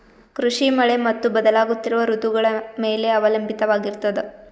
ಕೃಷಿ ಮಳೆ ಮತ್ತು ಬದಲಾಗುತ್ತಿರುವ ಋತುಗಳ ಮೇಲೆ ಅವಲಂಬಿತವಾಗಿರತದ